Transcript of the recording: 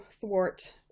thwart